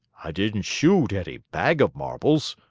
i didn't shoot any bag of marbles,